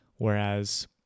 Whereas